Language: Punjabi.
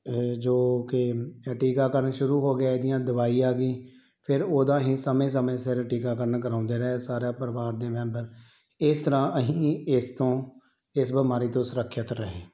ਜੋ ਕਿ ਟੀਕਾਕਰਨ ਸ਼ੁਰੂ ਹੋ ਗਿਆ ਇਹਦੀਆਂ ਦਵਾਈ ਆ ਗਈ ਫਿਰ ਉਹਦਾ ਹੀ ਸਮੇਂ ਸਮੇਂ ਸਿਰ ਟੀਕਾਕਰਨ ਕਰਵਾਉਂਦੇ ਰਹੇ ਸਾਰੇ ਪਰਿਵਾਰ ਦੇ ਮੈਂਬਰ ਇਸ ਤਰ੍ਹਾਂ ਅਸੀਂ ਇਸ ਤੋਂ ਇਸ ਬਿਮਾਰੀ ਤੋਂ ਸੁਰੱਖਿਅਤ ਰਹੇ